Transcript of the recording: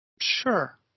Sure